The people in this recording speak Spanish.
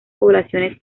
poblaciones